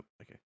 okay